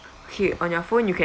okay on your phone you can